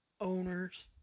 owners